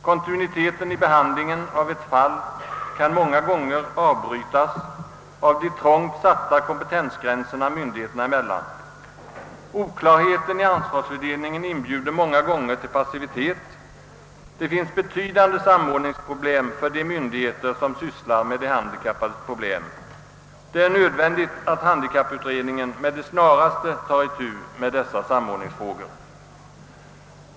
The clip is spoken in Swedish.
Kontinuiteten i behandlingen av ett fall kan många gånger avbrytas av de trångt satta kompentensgränserna myndigheterna emellan. Oklarheten i an svarsfördelningen inbjuder dessutom många gånger till passivitet. Det finns betydande samordningsproblem för de myndigheter, som sysslar med de handikappades problem. Det är nödvändigt att handikapputredningen med det snaraste tar itu med dessa samordningsfrågor.